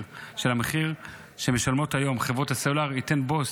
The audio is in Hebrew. המחיר שמשלמות היום חברות הסלולר ייתנו bust